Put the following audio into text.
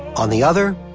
on the other,